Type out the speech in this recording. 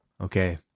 Okay